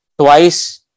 twice